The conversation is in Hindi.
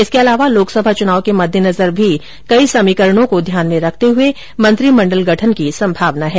इसके अलावा लोकसभा चुनाव के मद्देनजर भी कई समीकरणों को ध्यान में रखते हुए मंत्रिमंडल गठन की संभावना है